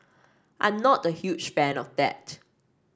I'm not the huge fan of that